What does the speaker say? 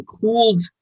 cooled